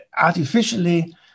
artificially